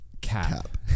cap